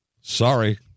Sorry